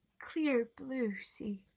clear blue sea.